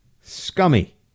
scummy